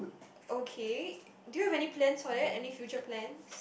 okay do you have any plans for that any future plans